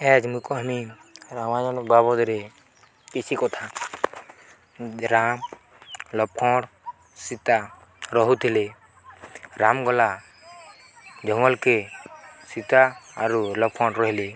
ଆଜ୍ ମୁଁ କହିମି ରାମାୟନ ବାବଦରେ କିଛି କଥା ରାମ ଲକ୍ଷ୍ମଣ ସୀତା ରହୁଥିଲେ ରାମ ଗଲା ଜଙ୍ଗଲକେ ସୀତା ଆରୁ ଲକ୍ଷ୍ମଣ ରହିଲେ